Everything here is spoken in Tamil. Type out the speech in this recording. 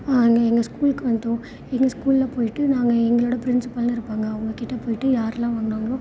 அங்கே எங்கள் ஸ்கூலுக்கு வந்துவிட்டோம் எங்கள் ஸ்கூலில் போயிவிட்டு நாங்கள் எங்களோட ப்ரின்சிபல்னு இருப்பாங்க அவங்ககிட்ட போயிவிட்டு யார்லாம் வந்தாங்களோ